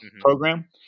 program